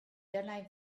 dylai